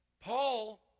Paul